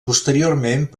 posteriorment